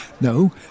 No